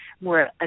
more